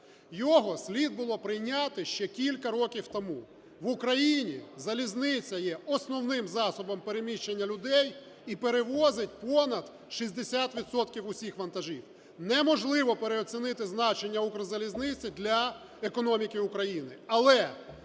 Його слід було прийняти ще кілька років тому. В Україні залізниця є основним засобом переміщення людей і перевозить понад 60 відсотків усіх вантажів. Неможливо переоцінити значення "Укрзалізниці" для економіки України.